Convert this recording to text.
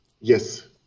yes